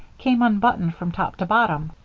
came unbuttoned from top to bottom.